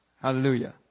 Hallelujah